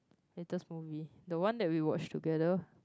latest movie the one that we watched together